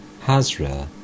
Hazra